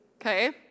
okay